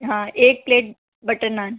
हाँ एक plate butter नान